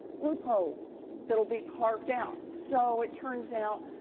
loopholes that'll be carved out, so it turns out,